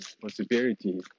possibility